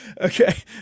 Okay